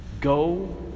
Go